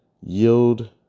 yield